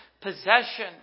possession